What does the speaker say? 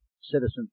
Citizens